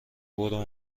برو